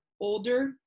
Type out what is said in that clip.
older